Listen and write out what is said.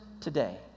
today